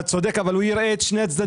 נכון, אתה צודק, אבל הוא יראה את שני הצדדים.